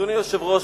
אדוני היושב-ראש,